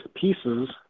pieces